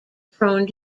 prone